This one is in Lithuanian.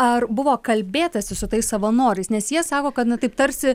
ar buvo kalbėtasi su tais savanoriais nes jie sako kad na taip tarsi